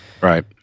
Right